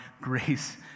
grace